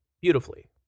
beautifully